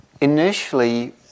initially